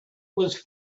was